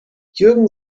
jürgen